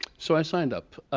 so i signed up.